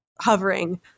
hovering